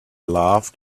loved